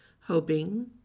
hoping